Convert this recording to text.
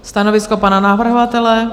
Stanovisko pana navrhovatele?